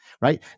right